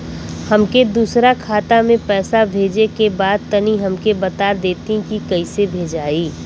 हमके दूसरा खाता में पैसा भेजे के बा तनि हमके बता देती की कइसे भेजाई?